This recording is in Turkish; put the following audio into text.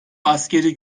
askeri